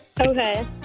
Okay